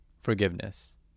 forgiveness